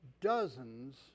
dozens